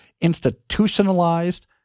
institutionalized